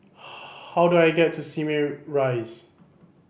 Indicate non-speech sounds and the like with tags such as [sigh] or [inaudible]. [noise] how do I get to Simei Rise